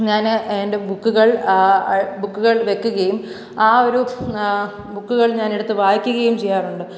ഞാൻ എൻ്റെ ബുക്കുകൾ ബുക്കുകൾ വയ്ക്കുകയും ആ ഒരു ബുക്കുകൾ ഞാൻ എടുത്ത് വായിക്കുകയും ചെയ്യാറുണ്ട്